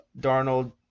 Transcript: Darnold